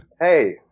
Hey